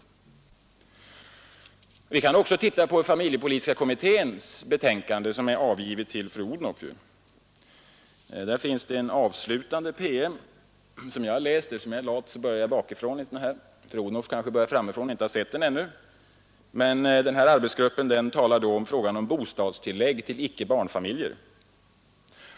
Vi kan också titta på familjepolitiska kommitténs betänkande, som är avgivet till fru Odhnoff. Där finns en avslutande PM, som jag har läst. jar jag bakifrån fru Odhnoff kanske börjar Eftersom jag är lat, bö framifrån och har därför inte sett den ännu. Arbetsgruppen talar om bostadstillägg till icke-barnfamiljer.